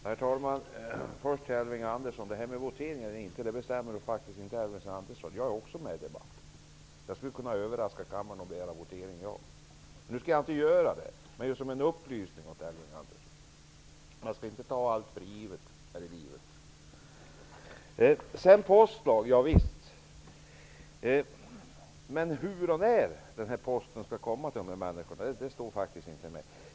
Herr talman! Om det skall bli votering eller inte bestämmer faktiskt inte Elving Andersson. Jag är också med i debatten. Jag skulle kunna överraska kammaren genom att själv begära votering. Jag skall nu inte göra det, men jag vill ändå nämna det som en upplysning åt Elving Andersson. Man skall inte ta allt för givet här i livet! Det talas om en postlag, men hur och när posten skall komma till människorna nämns faktiskt inte.